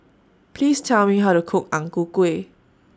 Please Tell Me How to Cook Ang Ku Kueh